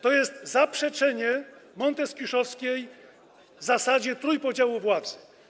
To jest zaprzeczenie monteskiuszowskiej zasady trójpodziału władzy.